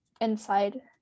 inside